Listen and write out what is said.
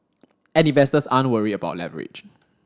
and investors aren't worried about leverage